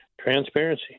transparency